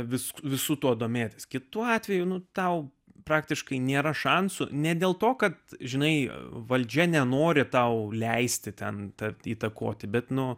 visų visu tuo domėtis kitu atveju tau praktiškai nėra šansų ne dėl to kad žinai valdžia nenori tau leisti ten tapti įtakoti bet nuo